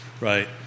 right